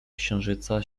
księżyca